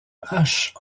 haches